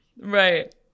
Right